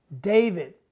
David